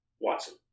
Watson